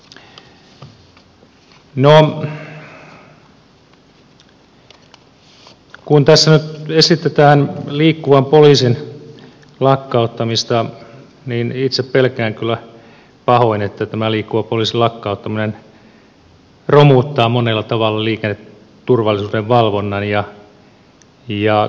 no kun tässä nyt esitetään liikkuvan poliisin lakkauttamista niin itse pelkään kyllä pahoin että tämä liikkuvan poliisin lakkauttaminen romuttaa monella tavalla liikenneturvallisuuden valvonnan ja kehittämisen